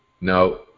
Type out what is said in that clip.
no